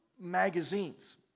magazines